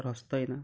रस्तोय ना